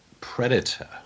predator